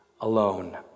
Alone